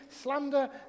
slander